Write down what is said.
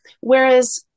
whereas